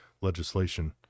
legislation